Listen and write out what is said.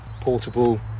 portable